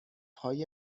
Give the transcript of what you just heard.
های